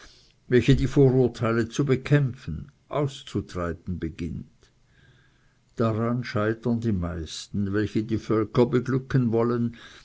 welche die vorurteile zu bekämpfen auszutreiben beginnt daran scheitern die meisten welche die völker beglücken wollen